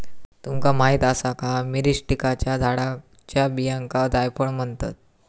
तुमका माहीत आसा का, मिरीस्टिकाच्या झाडाच्या बियांका जायफळ म्हणतत?